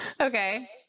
Okay